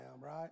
right